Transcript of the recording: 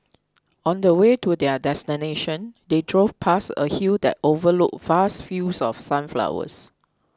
on the way to their destination they drove past a hill that overlooked vast fields of sunflowers